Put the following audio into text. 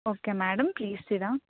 okay madam please sit down